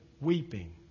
weeping